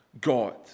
God